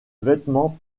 vêtements